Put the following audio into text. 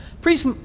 priest